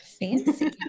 fancy